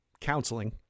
counseling